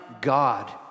God